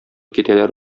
китәләр